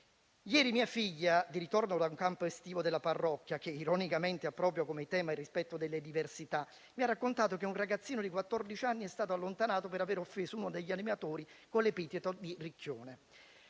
«Ieri mia figlia, di ritorno da un campo estivo della parrocchia, che ironicamente ha proprio come tema il rispetto delle diversità, mi ha raccontato che un ragazzino di quattordici anni è stato allontanato per aver offeso uno degli animatori con l'epiteto di "ricchione".